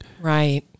Right